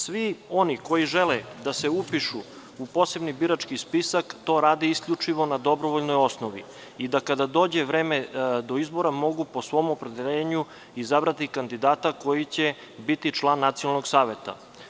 Svi oni koji žele da se upišu u posebni birački spisak to rade isključivo na dobrovoljnoj osnovi i da kada dođe vreme izbora mogu po svom opredeljenju izabrati kandidata koji će biti član Nacionalnog saveta.